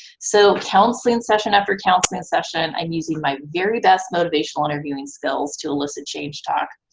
so, counseling session after counseling session, i'm using my very best motivational interviewing skills to elicit change talk,